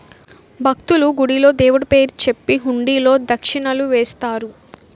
భక్తులు, గుడిలో దేవుడు పేరు చెప్పి హుండీలో దక్షిణలు వేస్తారు